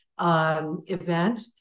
event